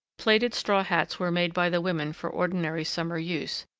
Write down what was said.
plaited straw hats were made by the women for ordinary summer use,